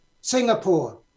Singapore